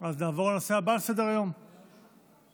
הראשונה ותעבור להמשך דיון בוועדת החוקה,